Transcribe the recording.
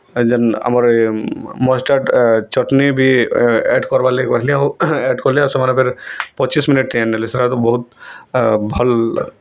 ଯେନ୍ ଆମର ମଷ୍ଟାର୍ଡ଼ ଚଟ୍ନି ବି ଆଡ଼୍ କରବାର୍ ଲାଗି କହିଥିଲି ଆଉ ଆଡ଼ କଲେ ଆଉ ସେମାନେ କହିଲେ ପଚିଶ ମିନିଟ୍ ଟାଇମ୍ ନେଲେ ସେଟାକେ ବହୁତ ଭଲ